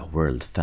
World